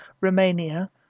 Romania